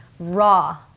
raw